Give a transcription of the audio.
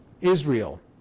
Israel